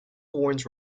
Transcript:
warns